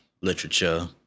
literature